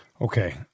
Okay